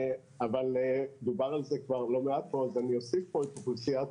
אבל דובר על זה כאן לא מעט ולכן אוסיף את אוכלוסיית